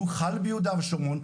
הוא חל ביהודה ושומרון.